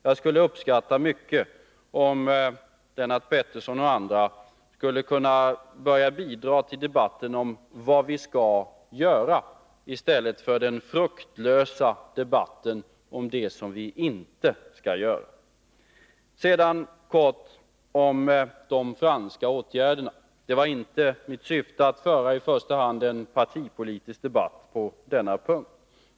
Jag skulle uppskatta mycket, om Lennart Pettersson och andra ville börja bidra till debatten om vad vi skall göra i stället för att fortsätta den fruktlösa debatten om det som vi inte skall göra. Sedan kortfattat några ord om den franska åtgärderna. Det var inte mitt syfte att föra en i första hand partipolitisk debatt på denna punkt.